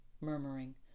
murmuring